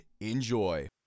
Enjoy